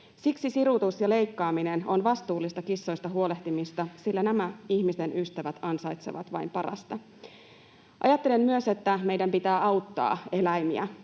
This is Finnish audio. Siksi sirutus ja leikkaaminen ovat vastuullista kissoista huolehtimista, sillä nämä ihmisen ystävät ansaitsevat vain parasta. Ajattelen myös, että meidän pitää auttaa eläimiä